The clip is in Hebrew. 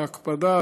בהקפדה,